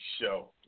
show